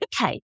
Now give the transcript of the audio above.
okay